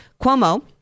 Cuomo